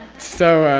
so.